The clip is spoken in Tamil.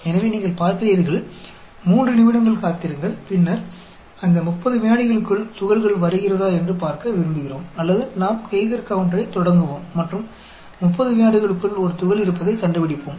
எனவே நீங்கள் பார்க்கிறீர்கள் 3 நிமிடங்கள் காத்திருங்கள் பின்னர் அந்த 30 விநாடிகளுக்குள் துகள்கள் வருகிறதா என்று பார்க்க விரும்புகிறோம் அல்லது நாம் கெய்கர் கவுன்டரைத் தொடங்குவோம் மற்றும் 30 விநாடிகளுக்குள் ஒரு துகள் இருப்பதைக் கண்டுபிடிப்போம்